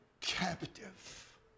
captive